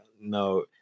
no